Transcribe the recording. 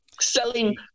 Selling